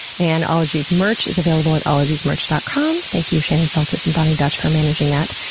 and ologies merch is available at ologiesmerch dot com. thank you shannon feltus and boni dutch, for managing that.